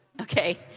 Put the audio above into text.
Okay